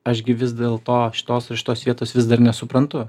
aš gi vis dėl to šitos ir šitos vietos vis dar nesuprantu